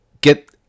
get